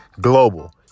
global